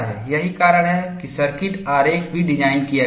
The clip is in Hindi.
यही कारण है कि सर्किट आरेख भी डिजाइन किया गया है